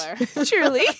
Truly